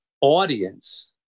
audience